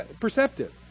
perceptive